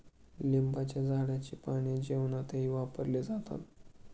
लिंबाच्या झाडाची पाने जेवणातही वापरले जातात